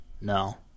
No